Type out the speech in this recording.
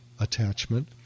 attachment